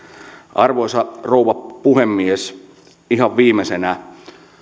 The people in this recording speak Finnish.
arvoisa rouva puhemies ihan viimeisenä